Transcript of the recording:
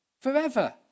forever